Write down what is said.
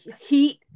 heat